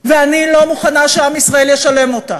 ואני לא מוכנה שעם ישראל ישלם אותו.